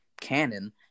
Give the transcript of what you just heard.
canon